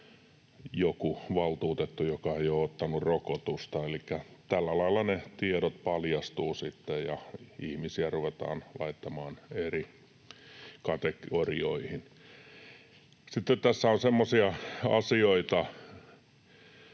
joku valtuutettu, joka ei ole ottanut rokotusta. Elikkä tällä lailla ne tiedot paljastuvat sitten, ja ihmisiä ruvetaan laittamaan eri kategorioihin. Sitten tässä on semmoisia asioita,